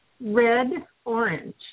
red-orange